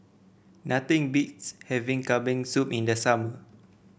nothing beats having Kambing Soup in the summer